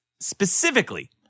specifically